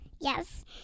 Yes